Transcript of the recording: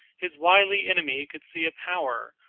his wily enemy could see a power,